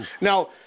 Now –